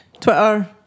Twitter